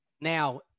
now